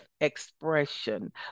expression